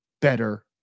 Better